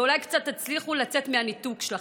ואולי תצליחו לצאת קצת מהניתוק שלכם: